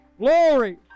Glory